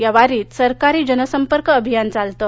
या वारीत सरकारी जनसंपर्क अभियान चालतं